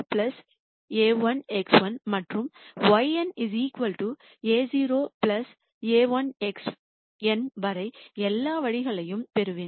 y1 a₀ a₁ x1 மற்றும் yn a₀ a₁ xn வரை எல்லா வழிகளையும் பெறுவேன்